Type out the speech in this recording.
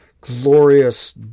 glorious